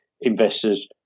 investors